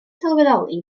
sylweddoli